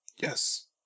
Yes